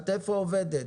איפה את עובדת?